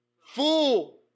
Fool